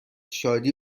شادی